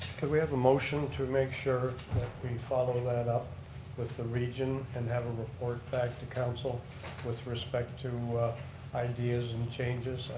can we have a motion to make sure that we follow that up with the region and have a report back to council with respect to ideas and changes?